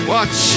Watch